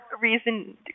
reason